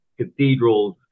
cathedrals